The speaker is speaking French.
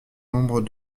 nombre